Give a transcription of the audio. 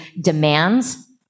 demands